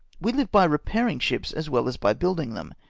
we live by repairing ships as well as by building them,